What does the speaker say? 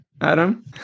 Adam